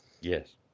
Yes